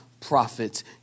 prophets